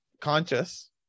conscious